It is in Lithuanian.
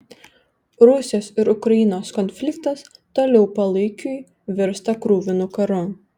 rusijos ir ukrainos konfliktas toliau palaikiui virsta kruvinu karu